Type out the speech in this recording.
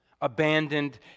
abandoned